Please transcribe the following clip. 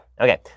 Okay